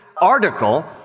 article